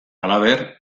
halaber